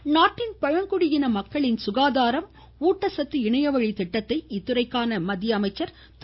அர்ஜீன் முண்டா நாட்டின் பழங்குடியின மக்களின் சுகாதாரம் மற்றும் ஊட்டச்சத்து இணையவழி திட்டத்தை அத்துறைக்கான மத்திய அமைச்சர் திரு